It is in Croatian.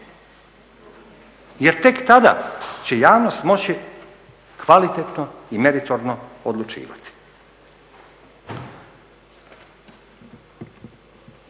Jer tek tada će javnost moći kvalitetno i meritorno odlučivati.